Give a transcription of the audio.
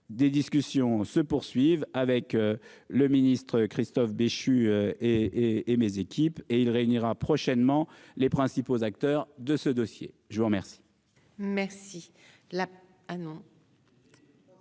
des discussions se poursuivent avec le ministre Christophe Béchu et et mes équipes et il réunira prochainement les principaux acteurs de ce dossier, je vous remercie.